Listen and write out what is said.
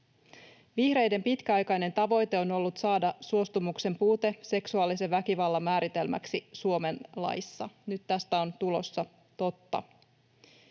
Vihreiden pitkäaikainen tavoite on ollut saada suostumuksen puute seksuaalisen väkivallan määritelmäksi Suomen laissa. Nyt tästä on tulossa totta.